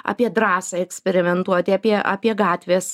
apie drąsą eksperimentuoti apie apie gatvės